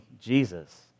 Jesus